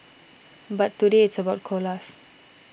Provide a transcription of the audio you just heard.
but today it's about koalas